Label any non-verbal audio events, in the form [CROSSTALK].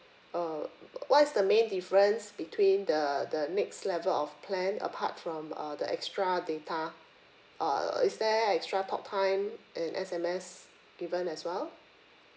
uh [NOISE] what is the main difference between the the next level of plan apart from uh the extra data uh is there extra talk time and S_M_S given as well